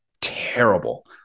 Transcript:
Terrible